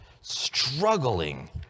struggling